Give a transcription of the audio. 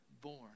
born